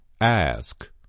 Ask